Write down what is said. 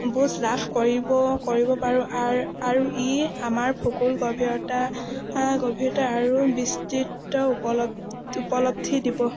বুজ লাভ কৰিব কৰিব পাৰোঁ আৰু আৰু ই আমাৰ ভূগোল গভীৰতা গভীৰতা আৰু বিস্তৃত উপলব্ধি দিব